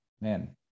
man